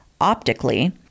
optically